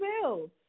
bills